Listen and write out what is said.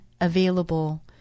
available